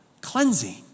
cleansing